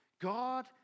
God